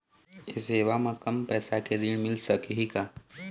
ये सेवा म कम पैसा के ऋण मिल सकही का?